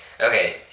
Okay